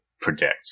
predict